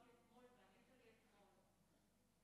ודיברתי אתמול,